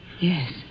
Yes